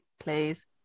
please